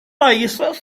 países